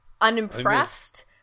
unimpressed